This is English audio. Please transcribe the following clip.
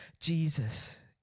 Jesus